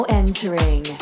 entering